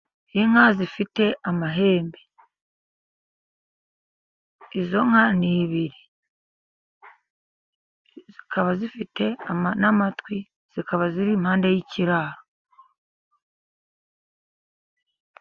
Inka zifite amahembe. Izo nka ni ebyiri, zikaba zifite n'amatwi, zikaba ziri impande y'ikiraro.